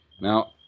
Now